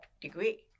degree